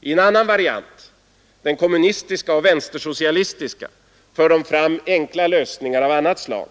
I en annan variant — den kommunistiska och vänstersocialistiska — för de fram enkla lösningar av annat slag.